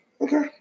Okay